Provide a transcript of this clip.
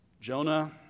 Jonah